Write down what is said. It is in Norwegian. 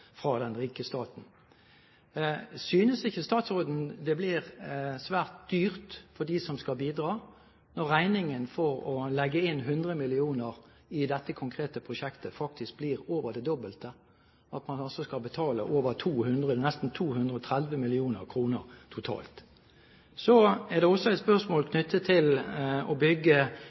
fra den rike staten. Synes ikke statsråden det blir svært dyrt for dem som skal bidra, når regningen for å legge inn 100 mill. kr i dette konkrete prosjektet faktisk blir over det dobbelte, at man nesten skal betale 230 mill. kr totalt? Så er det også et spørsmål knyttet til det å bygge